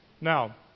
Now